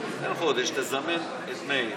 חודש, תזמן את מאיר